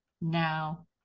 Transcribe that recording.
now